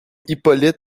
hippolyte